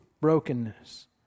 brokenness